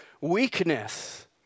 weakness